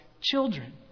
children